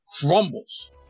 crumbles